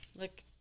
Look